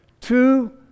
two